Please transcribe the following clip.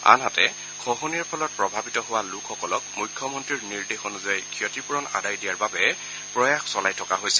আনহাতে খহনীয়াৰ ফলত প্ৰভাৱিত হোৱা লোকসকলক মুখ্যমন্ত্ৰীৰ নিৰ্দেশ অনুযায়ী ক্ষতিপূৰণ আদায় দিয়াৰ বাবে প্ৰয়াস চলাই থকা হৈছে